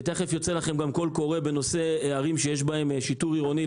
ותיכף ייצא גם קול קורא בנושא ערים שיש בהן שיטור עירוני,